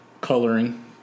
coloring